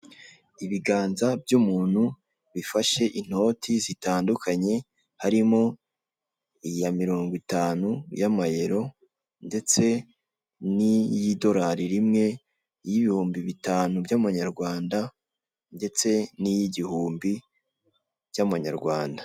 Ibiganza by'umuntu bifashe inoti zitandukanye, harimo; iya mirongo itanu y'amayero, ndetse n'iy'idorari rimwe, iy'ibihumbi bitanu by'amanyarwanda, ndetse n'iy'igihumbi cy'amanyarwanda.